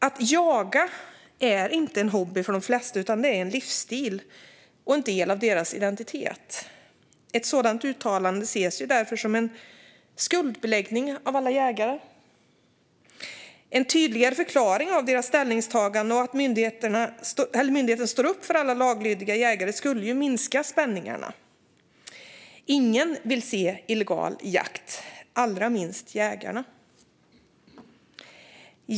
Att jaga är för de flesta inte en hobby utan en livsstil och en del av deras identitet. Ett sådant uttalande ses därför som en skuldbeläggning av alla jägare. En tydligare förklaring till dess ställningstagande samt att myndigheten står upp för alla laglydiga jägare skulle minska spänningarna. Ingen vill se illegal jakt, allra minst jägarna.